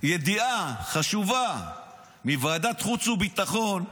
ידיעה חשובה מוועדת חוץ וביטחון,